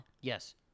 Yes